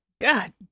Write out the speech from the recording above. God